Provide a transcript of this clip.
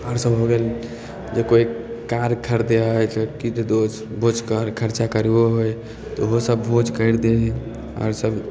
आओर सब हो गेल जे कोइ कार खरदै है तऽ कि रे दोस दोसके खर्चा करबाबै है तऽ ओहो सब भोज कैरी दै है आओर सब